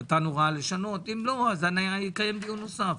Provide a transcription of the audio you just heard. אם לא, נקיים דיון נוסף.